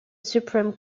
supreme